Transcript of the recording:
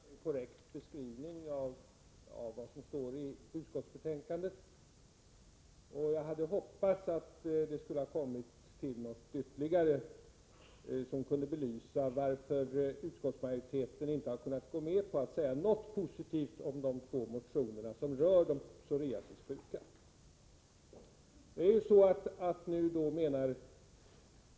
Herr talman! Gustav Persson har lämnat en korrekt beskrivning av vad som står i utskottsbetänkandet. Men jag hade hoppats att han skulle komma med något ytterligare som kunde belysa varför utskottsmajoriteten inte har kunnat gå med på att säga något positivt om de två motioner som rör de psoriasissjuka.